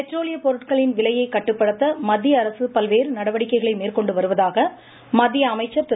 பெட்ரோலியப் பொருட்களின் விலையை கட்டுப்படுத்த மத்திய அரசு பல்வேறு நடவடிக்கைகளை மேற்கொண்டு வருவதாக மத்திய அமைச்சர் திரு